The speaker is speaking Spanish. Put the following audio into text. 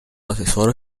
asesor